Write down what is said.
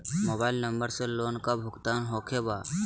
Mobile number से loan का भुगतान होखे बा?